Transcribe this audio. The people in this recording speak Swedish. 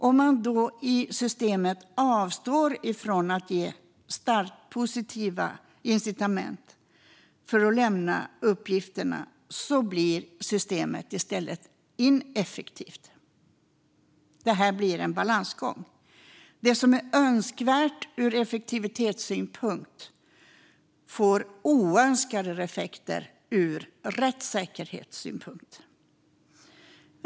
Om man avstår från att ge positiva incitament att lämna uppgifterna blir systemet i stället ineffektivt. Det här blir en balansgång. Det som är önskvärt ur effektivitetssynpunkt får oönskade effekter ur rättssäkerhetssynpunkt.